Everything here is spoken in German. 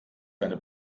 eine